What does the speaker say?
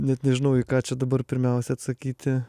net nežinau į ką čia dabar pirmiausia atsakyti